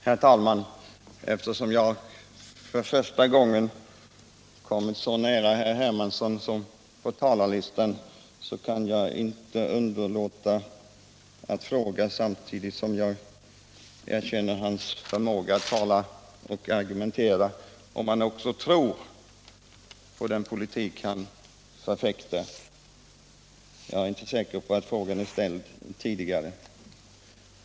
Herr talman! Eftersom det är första gången som jag kommer så nära herr Hermansson på talarlistan kan jag inte underlåta att fråga — samtidigt som jag erkänner hans förmåga att tala och argumentera — om han själv tror på den politik han förkunnar. Jag är inte säker på att frågan är ställd tidigare.